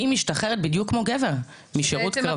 משתחררת בדיוק כמו גבר משירות קרבי.